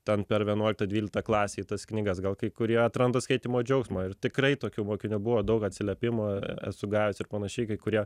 ten per vienuolikta dvylikta klasei tas knygas gal kai kurie atranda skaitymo džiaugsmą ir tikrai tokių mokinių buvo daug atsiliepimų esu gavęs ir panašiai kai kurie